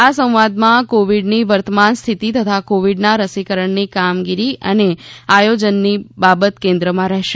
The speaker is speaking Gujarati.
આ સંવાદમાં કોવીડની વર્તમાન સ્થિતિ તથા કોવીડના રસીકરણની કામગીરી અને આયોજનની બાબત કેન્દ્રમાં રહેશે